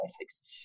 ethics